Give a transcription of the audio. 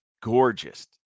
gorgeous